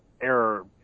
error –